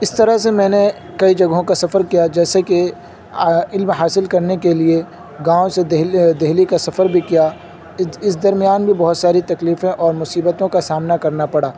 اس طرح سے میں نے کئی جگہوں کا سفر کیا جیسے کہ علم حاصل کرنے کے لیے گاؤں سے دہلی کا سفر بھی کیا اس درمیان بھی بہت ساری تکلیفیں اور مصیبتوں کا سامنا کرنا پڑا